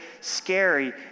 scary